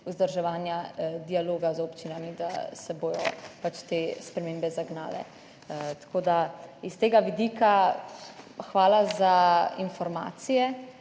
vzdrževanje dialoga z občinami, da se bodo te spremembe zagnale. S tega vidika hvala za informacije